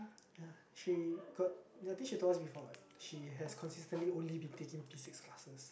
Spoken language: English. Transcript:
ya three got I think she told us before what she has consistently only been taking P-six classes